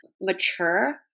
mature